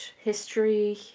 history